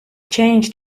change